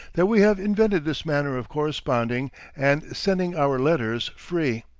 that we have invented this manner of corresponding and sending our letters free.